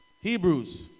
Hebrews